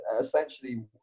essentially